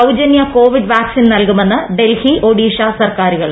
സൌജനൃ covid vaccine നൽകുമെന്ന് ഡൽഹി ഒഡീഷ സർക്കാരുകൾ